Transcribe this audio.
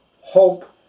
hope